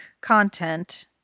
content